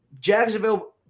Jacksonville